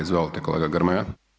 Izvolite kolega Grmoja.